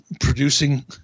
producing